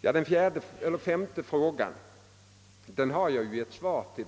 Den femte frågan har jag redan svarat på.